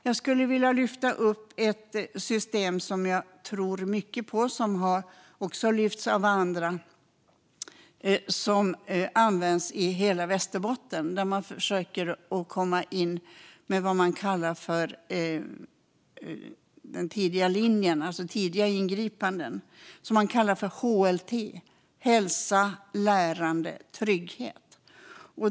Jag vill lyfta upp ett system som jag tror mycket på och som även andra har tagit upp. Det är ett system som används i hela Västerbotten. Man försöker komma in med något som kallas den tidiga linjen, det vill säga tidiga ingripanden, eller HLT, hälsa, lärande och trygghet.